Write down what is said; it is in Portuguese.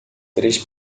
três